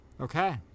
okay